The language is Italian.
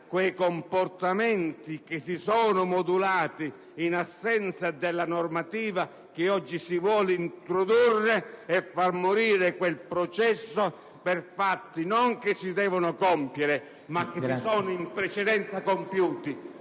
comportamenti che si sono modulati in assenza della normativa che oggi si vuole introdurre e si fa morire quel processo per fatti non che si devono compiere, ma che si sono in precedenza compiuti.